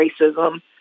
racism